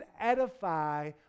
edify